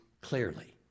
clearly